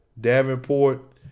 Davenport